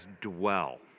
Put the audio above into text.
dwell